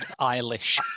Eilish